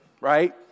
right